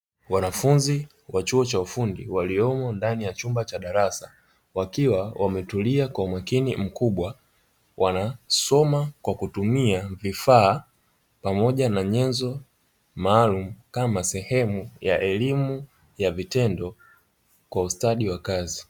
Wanafunzi wa chuo cha ufundi waliomo ndani ya chumba cha darasa, wakiwa wametulia kwa umakini mkubwa, wanasoma kwa kutumia vifaa pamoja na nyenzo maalumu, kama sehemu ya elimu ya vitendo kwa ustadi wa kazi.